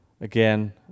Again